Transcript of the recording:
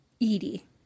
Edie